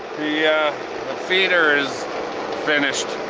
the feeder is finished.